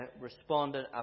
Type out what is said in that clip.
responded